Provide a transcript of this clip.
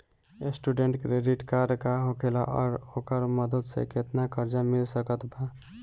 Student credit card का होखेला और ओकरा मदद से केतना कर्जा मिल सकत बा?